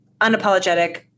unapologetic